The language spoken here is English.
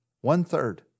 one-third